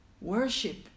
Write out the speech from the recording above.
Worship